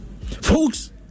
Folks